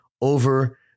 over